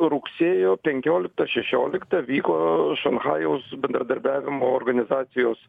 rugsėjo penkioliktą šešioliktą vyko šanchajaus bendradarbiavimo organizacijos